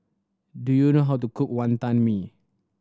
do you know how to cook Wantan Mee